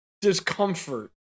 discomfort